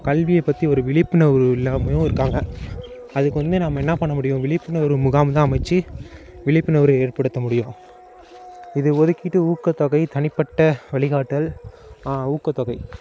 கல்வியைப் பற்றி ஒரு விழிப்புணர்வு இல்லாமலும் இருக்காங்க அதுக்கு வந்து நம்ம என்ன பண்ண முடியும் விழிப்புணர்வு முகாம்தான் அமைச்சு விழிப்புணர்வு ஏற்படுத்த முடியும் இது ஒதுக்கிட்டு ஊக்கத்தொகை தனிப்பட்ட வழிகாட்டல் ஊக்கத்தொகை